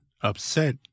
upset